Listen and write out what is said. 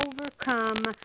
overcome